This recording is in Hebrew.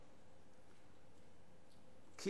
כי